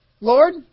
Lord